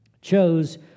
chose